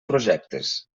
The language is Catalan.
projectes